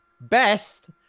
best